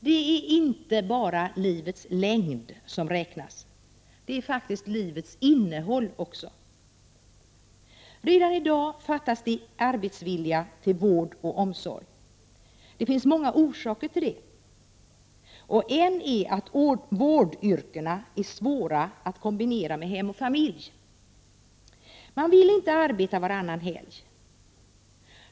Det är inte bara livets längd som räknas. Det är faktiskt livets innehåll också. Redan i dag fattas det arbetsvilliga till vård och omsorg. Det finns många orsaker till detta. En är att vårdyrkena är svåra att kombinera med hem och familj. Man vill inte arbeta varannan helg.